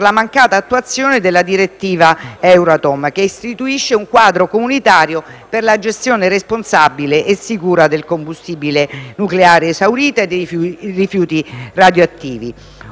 la mancata attuazione della direttiva 2011/70/Euratom, che istituisce un quadro comunitario per la gestione responsabile e sicura del combustibile nucleare esaurito e dei rifiuti radioattivi.